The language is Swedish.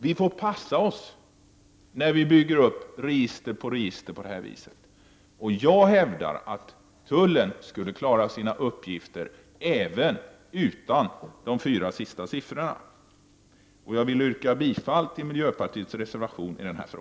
Vi får passa oss när vi bygger upp register efter register på detta sätt. Jag hävdar att tullen skulle klara sina uppgifter även utan de fyra sista siffrorna. Jag vill yrka bifall till miljöpartiets reservation i denna fråga.